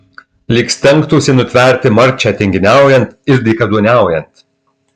lyg stengtųsi nutverti marčią tinginiaujant ir dykaduoniaujant